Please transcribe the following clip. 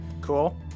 Cool